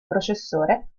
processore